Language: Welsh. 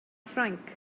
ffrainc